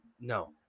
no